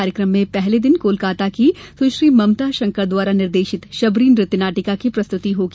कार्यक्रम में पहले दिन कोलकाता की सुश्री ममता शंकर द्वारा निर्देशित शबरी नृत्य नाटिका की प्रस्तुति होगी